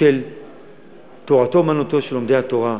של תורתו-אומנותו של לומדי התורה.